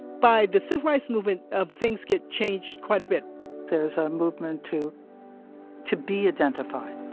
by the civil rights movement, um things get changed quite a bit there's a movement to to be identified